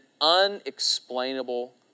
unexplainable